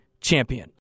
champion